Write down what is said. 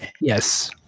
Yes